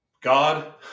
God